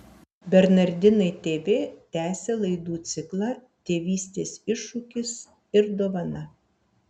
bernardinai tv tęsia laidų ciklą tėvystės iššūkis ir dovana